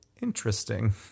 interesting